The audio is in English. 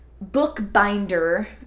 Bookbinder